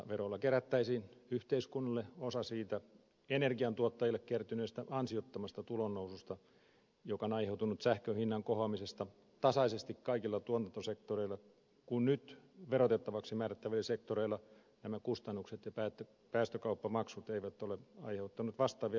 verolla kerättäisiin yhteiskunnalle osa siitä energiantuottajille kertyneestä ansiottomasta tulonnoususta joka on aiheutunut sähkön hinnan kohoamisesta tasaisesti kaikilla tuotantosektoreilla kun nyt verotettavaksi määrättävillä sektoreilla nämä kustannukset ja päästökauppamaksut eivät ole aiheuttaneet vastaavia lisäkustannuksia